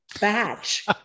batch